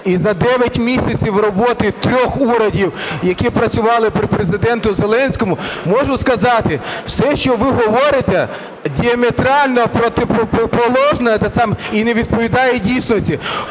і за 9 місяців роботи трьох урядів, які працювали при Президентові Зеленському можу сказати, все що ви говорите, діаметрально протиположне і не відповідає дійсності.